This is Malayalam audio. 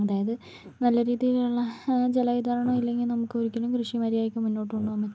അതായത് നല്ല രീതിയിലുള്ള ജലവിതരണം ഇല്ലെങ്കിൽ നമുക്ക് ഒരിക്കലും കൃഷി മര്യാദയ്ക്ക് മുന്നോട്ടു കൊണ്ടുപോകുവാൻ പറ്റില്ല